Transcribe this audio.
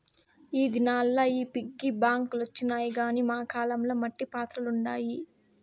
ఈ దినాల్ల ఈ పిగ్గీ బాంక్ లొచ్చినాయి గానీ మా కాలం ల మట్టి పాత్రలుండాయి